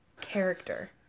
character